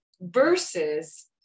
versus